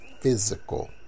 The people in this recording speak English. physical